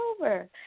over